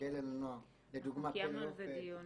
בכלא לנוער -- אנחנו קיימנו על זה דיון.